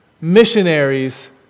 missionaries